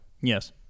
yes